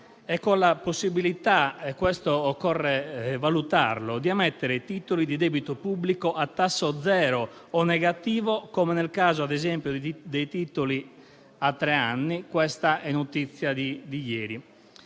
e con la possibilità - questo occorre valutarlo - di emettere titoli di debito pubblico a tasso zero o negativo, come nel caso, ad esempio, dei titoli a tre anni (è notizia di ieri).